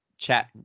chat